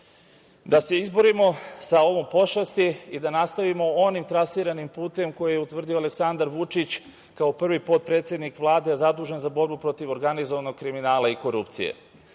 da se izborimo sa ovom pošasti i da nastavimo onim trasiranim putem koji je utvrdio Aleksandar Vučić, kao prvi potpredsednik Vlade, a zadužen za borbu protiv organizovanog kriminala i korupcije. Takođe,